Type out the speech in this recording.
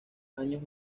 años